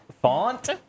font